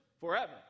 forever